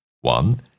One